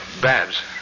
Babs